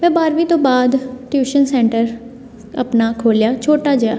ਮੈਂ ਬਾਰਵੀਂ ਤੋਂ ਬਾਅਦ ਟਿਊਸ਼ਨ ਸੈਂਟਰ ਆਪਣਾ ਖੋਲ੍ਹਿਆ ਛੋਟਾ ਜਿਹਾ